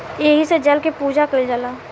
एही से जल के पूजा कईल जाला